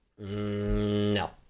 No